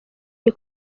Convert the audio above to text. iri